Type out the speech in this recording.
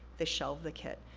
they shelve the kit,